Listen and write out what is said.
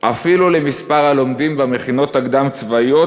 אפילו למספר הלומדים במכינות הקדם-צבאיות,